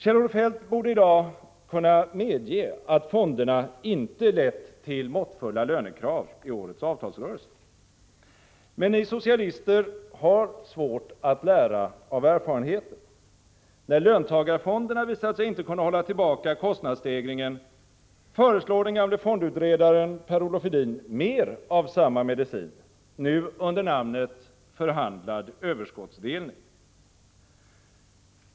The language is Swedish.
Kjell-Olof Feldt borde i dag kunna medge att fonderna inte lett till måttfulla lönekrav i årets avtalsrörelse, men socialister har svårt att lära av erfarenheten. När löntagarfonderna visat sig inte kunna hålla tillbaka kostnadsstegringen, föreslår den gamle fondutredaren Per-Olof Edin mer av samma medicin, nu under namnet förhandlad överskottsdelning.